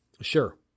Sure